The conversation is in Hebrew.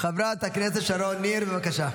חברת הכנסת שרון ניר, בבקשה,